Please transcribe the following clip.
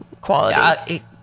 quality